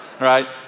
right